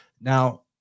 Now